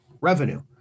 revenue